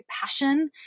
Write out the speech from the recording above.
passion